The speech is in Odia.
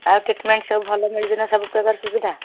ଆଉ ଟ୍ରିଟମେଣ୍ଟ୍ ସବୁ ଭଲ ମିଳୁଛି ନା ସବୁପ୍ରକାର ସୁବିଧା